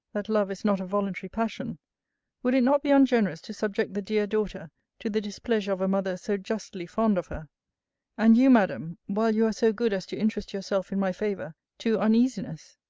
that love is not a voluntary passion would it not be ungenerous to subject the dear daughter to the displeasure of a mother so justly fond of her and you, madam, while you are so good as to interest yourself in my favour, to uneasiness?